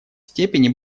степени